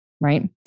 Right